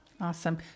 Awesome